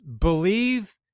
believe